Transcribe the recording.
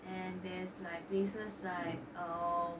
and there's places like um